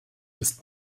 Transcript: ist